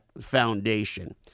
foundation